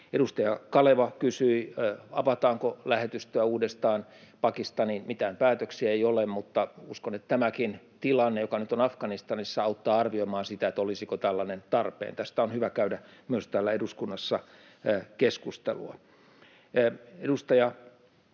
Edustaja Kaleva kysyi, avataanko lähetystöä uudestaan Pakistaniin. Mitään päätöksiä ei ole, mutta uskon, että tämäkin tilanne, joka nyt on Afganistanissa, auttaa arvioimaan sitä, olisiko tällainen tarpeen. Tästä on hyvä käydä myös täällä eduskunnassa keskustelua. Edustaja Elomaa,